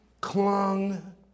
clung